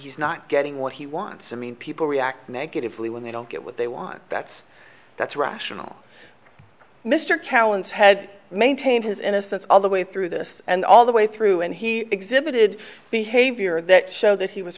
he's not getting what he wants i mean people react negatively when they don't get what they want that's that's rational mr callan's had maintained his innocence all the way through this and all the way through and he exhibited behavior that show that he was